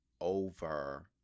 over